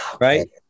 Right